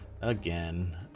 again